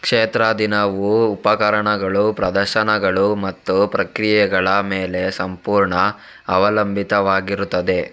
ಕ್ಷೇತ್ರ ದಿನವು ಉಪಕರಣಗಳು, ಪ್ರದರ್ಶನಗಳು ಮತ್ತು ಪ್ರಕ್ರಿಯೆಗಳ ಮೇಲೆ ಸಂಪೂರ್ಣ ಅವಲಂಬಿತವಾಗಿರುತ್ತದೆ